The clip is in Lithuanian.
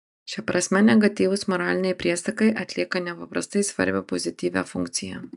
šia prasme negatyvūs moraliniai priesakai atlieka nepaprastai svarbią pozityvią funkciją